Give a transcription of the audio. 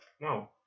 No